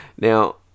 Now